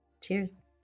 Cheers